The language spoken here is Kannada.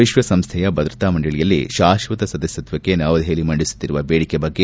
ವಿಶ್ಲಸಂಸ್ಲೆಯ ಭದ್ರತಾ ಮಂಡಳಿಯಲ್ಲಿ ಶಾಶ್ಲತ ಸದಸ್ಲತ್ನಕ್ಷೆ ನವದೆಹಲಿ ಮಂಡಿಸುತ್ತಿರುವ ಬೇಡಿಕೆ ಬಗ್ಗೆ